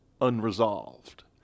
unresolved